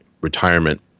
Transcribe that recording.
retirement